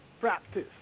practice